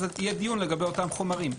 - יהיה דיון על אותם חומרים.